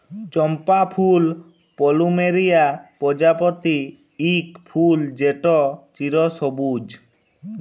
চম্পা ফুল পলুমেরিয়া প্রজাতির ইক ফুল যেট চিরসবুজ